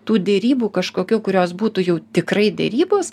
tų derybų kažkokių kurios būtų jau tikrai derybos